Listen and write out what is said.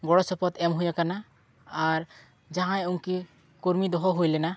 ᱜᱚᱲᱚ ᱥᱚᱯᱚᱦᱚᱫ ᱮᱢ ᱦᱩᱭ ᱟᱠᱟᱱᱟ ᱟᱨ ᱡᱟᱦᱟᱸᱭ ᱩᱱᱠᱤᱱ ᱠᱚᱨᱢᱤ ᱫᱚᱦᱚ ᱦᱩᱭ ᱞᱮᱱᱟ